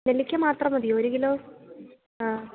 നെല്ലിക്ക മാത്രം മതിയോ ഒരു കിലോ ആ